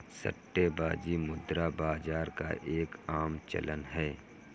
सट्टेबाजी मुद्रा बाजार का एक आम चलन है